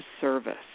service